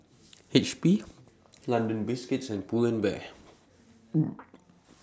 H P London Biscuits and Pull and Bear